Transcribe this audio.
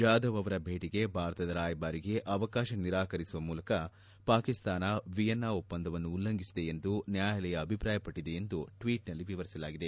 ಜಾಧವ್ ಅವರ ಭೇಟಿಗೆ ಭಾರತದ ರಾಯಭಾರಿಗೆ ಅವಕಾಶ ನಿರಾಕರಿಸುವ ಮೂಲಕ ಪಾಕಿಸ್ತಾನ ವಿಯನ್ನಾ ಒಪ್ಪಂದವನ್ನು ಉಲ್ಲಂಘಿಸಿದೆ ಎಂದು ನ್ವಾಯಾಲಯ ಅಭಿಪ್ರಾಯಪಟ್ಟದೆ ಎಂದು ಟ್ಟೀಟ್ನಲ್ಲಿ ವಿವರಿಸಲಾಗಿದೆ